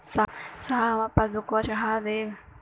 साहब हमार पासबुकवा चढ़ा देब?